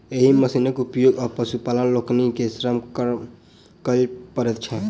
एहि मशीनक उपयोग सॅ पशुपालक लोकनि के श्रम कम करय पड़ैत छैन